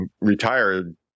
retired